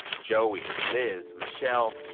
joey, liz, michelle,